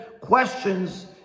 questions